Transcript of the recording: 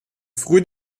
früh